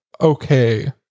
okay